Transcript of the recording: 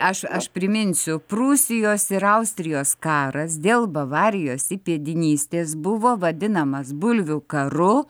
aš aš priminsiu prūsijos ir austrijos karas dėl bavarijos įpėdinystės buvo vadinamas bulvių karu